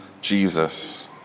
Jesus